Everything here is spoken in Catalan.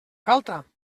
falta